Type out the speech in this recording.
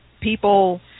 people